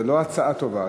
זאת לא עצה טובה.